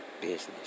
Business